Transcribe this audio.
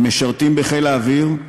הם משרתים בחיל האוויר,